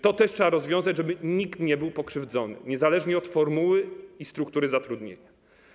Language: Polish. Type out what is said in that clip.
To też trzeba rozwiązać, żeby nikt nie był pokrzywdzony niezależnie od formuły i struktury zatrudnienia.